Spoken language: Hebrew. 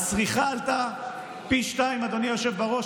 הצריכה עלתה פי-שניים, אדוני היושב בראש.